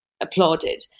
applauded